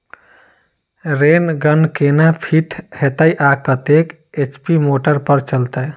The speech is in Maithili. रेन गन केना फिट हेतइ आ कतेक एच.पी मोटर पर चलतै?